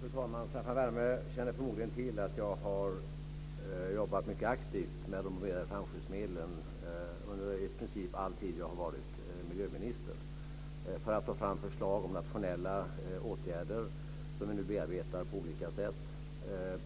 Fru talman! Staffan Werme känner förmodligen till att jag har arbetat mycket aktivt i frågan om de bromerade flamskyddsmedlen under i princip hela den tid som jag har varit miljöminister, bl.a. för att ta fram förslag om nationella åtgärder som vi nu bearbetar på olika sätt.